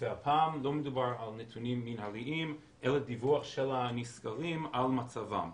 הפעם לא מדובר על נתונים מנהליים אלא דיווח של הנסקרים על מצבם.